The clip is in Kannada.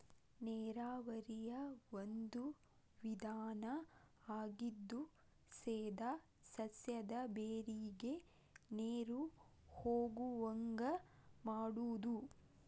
ನೇರಾವರಿಯ ಒಂದು ವಿಧಾನಾ ಆಗಿದ್ದು ಸೇದಾ ಸಸ್ಯದ ಬೇರಿಗೆ ನೇರು ಹೊಗುವಂಗ ಮಾಡುದು